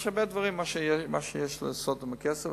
יש הרבה דברים לעשות עם הכסף,